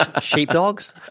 sheepdogs